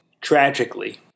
tragically